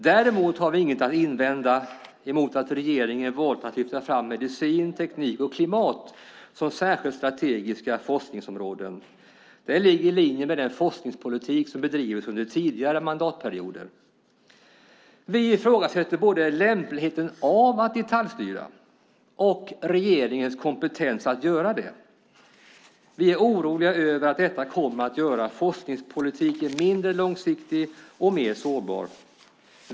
Däremot har vi inget att invända mot att regeringen valt att lyfta fram medicin, teknik och klimat som särskilt strategiska forskningsområden. Det ligger i linje med den forskningspolitik som bedrivits under tidigare mandatperioder. Vi ifrågasätter både lämpligheten av att detaljstyra och regeringens kompetens att göra det. Vi är oroliga över att detta kommer att göra forskningspolitiken mindre långsiktig och mer sårbar.